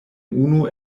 unu